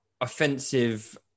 offensive